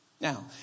Now